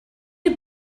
you